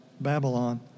Babylon